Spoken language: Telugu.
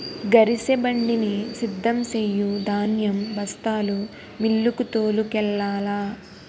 గరిసెబండిని సిద్ధం సెయ్యు ధాన్యం బస్తాలు మిల్లుకు తోలుకెల్లాల